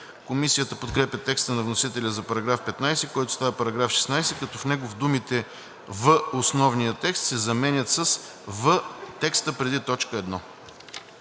Комисията подкрепя текста на вносителя за § 15, който става § 16, като в него думите „в основния текст“ се заменят с „в текста преди т. 1“.